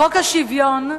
חוק השוויון,